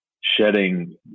shedding